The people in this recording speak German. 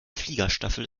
fliegerstaffel